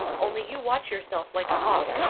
only you watch yourself like a hawk.